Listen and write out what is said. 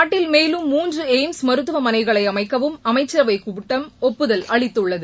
நாட்டில் மேலும் மூன்று எய்ம்ஸ் மருத்துவமனைகளை அமைக்கவும் அமைச்சரவைக் கூட்டம் ஒப்புதல் அளித்துள்ளது